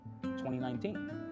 2019